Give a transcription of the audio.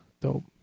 dope